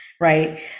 right